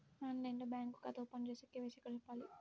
ఆన్లైన్లో బ్యాంకు ఖాతా ఓపెన్ చేస్తే, కే.వై.సి ఎక్కడ చెప్పాలి?